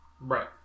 Right